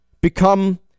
become